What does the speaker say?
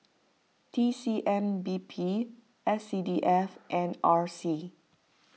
T C M B P S C D F and R C